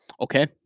Okay